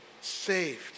saved